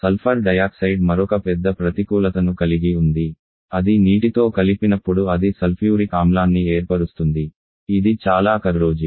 sulphur dioxide మరొక పెద్ద ప్రతికూలతను కలిగి ఉంది అది నీటితో కలిపినప్పుడు అది సల్ఫ్యూరిక్ ఆమ్లాన్ని ఏర్పరుస్తుంది ఇది చాలా కర్రోజివ్